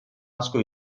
asko